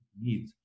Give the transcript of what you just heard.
need